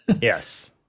Yes